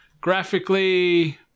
graphically